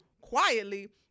quietly